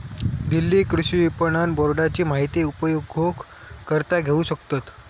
दिल्ली कृषि विपणन बोर्डाची माहिती उपयोगकर्ता घेऊ शकतत